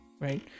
right